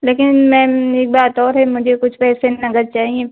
लेकिन मैम एक बात और है मुझे कुछ पैसे नग़द चाहिए